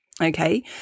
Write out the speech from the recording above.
Okay